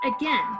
again